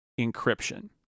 encryption